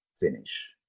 finish